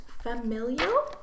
Familial